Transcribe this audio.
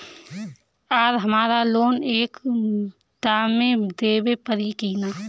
आर हमारा लोन एक दा मे देवे परी किना?